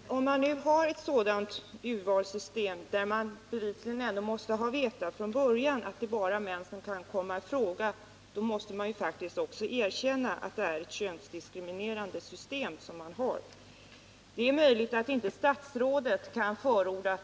Herr talman! Men om man inom arbetsgivarverket har ett sådant urvalssystem att det, som man i det här fallet bevisligen redan från början måste ha vetat, bara är män som kan komma i fråga, då måste man faktiskt också erkänna att man har ett könsdiskriminerande system. Det är möjligt att statsrådet inte kan förorda